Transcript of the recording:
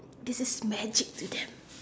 this is magic to them